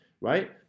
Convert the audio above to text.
right